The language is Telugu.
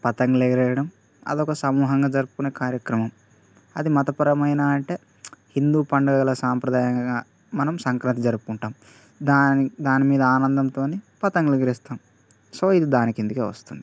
పతంగులు ఎగరేయడం అదొక సమూహంగా జరుపుకునే కార్యక్రమం అది మతపరమైన అంటే హిందూ పండుగలు సాంప్రదాయంగా మనం సంక్రాంతి జరుపుకుంటాం దాని దానిమీద ఆనందంతోని పతంగులు ఎగరేస్తాం సో ఇది దాని కిందికి వస్తుంది